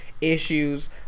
issues